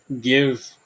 give